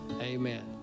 Amen